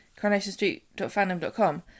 CarnationStreet.fandom.com